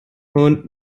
und